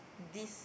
diss